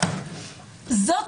חוק ומשפט): אורי,